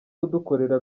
kudukorera